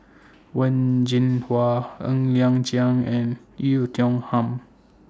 Wen Jinhua Ng Liang Chiang and Oei Tiong Ham